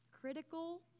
critical